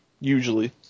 usually